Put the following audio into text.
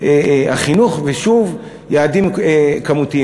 במסגרת החינוך, ושוב, יעדים כמותיים.